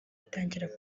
itangira